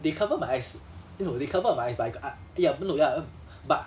they cover my eyes eh no they covered my eyes but I got a~ ya blue ya but